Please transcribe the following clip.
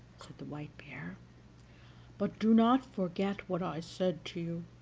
the white bear but do not forget what i said to